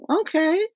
okay